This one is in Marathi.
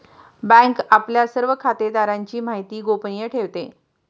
बँक आपल्या सर्व खातेदारांची माहिती गोपनीय ठेवते